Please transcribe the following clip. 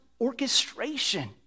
orchestration